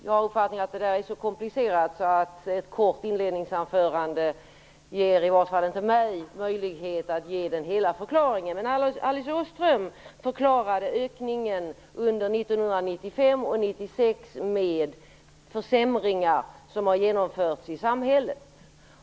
Jag har uppfattningen att det är så komplicerat att ett kort inledningsanförande i varje fall inte ger mig möjlighet att ge hela förklaringen. Men Alice Åström förklarade ökningen under 1995 och 96 med försämringar som har genomförts i samhället.